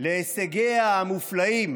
להישגיה המופלאים